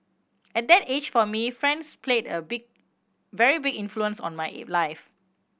at that age for me friends played a big very big influence on my life